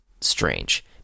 strange